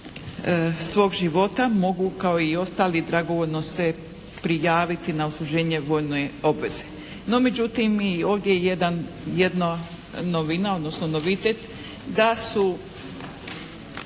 svog života mogu kao i ostali dragovoljno se prijaviti na odsluženje vojne obveze. No međutim, i ovdje je jedna novina, odnosno novitet da su